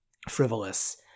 frivolous